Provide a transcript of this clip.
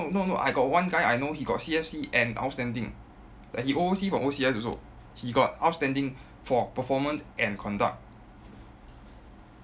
no no I got one guy I know he got C_F_C and outstanding like he O_O_C from O_C_S also he got outstanding for performance and conduct